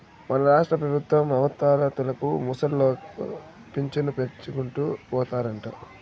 మన రాష్ట్రపెబుత్వం అవ్వాతాతలకు ముసలోళ్ల పింఛను పెంచుకుంటూ పోతారంట